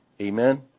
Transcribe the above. Amen